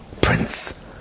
prince